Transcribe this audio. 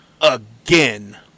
again